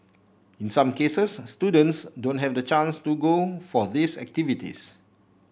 in some cases students don't have the chance to go for these activities